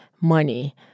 money